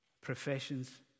professions